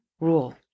rule